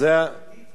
אמיתית ומוצדקת.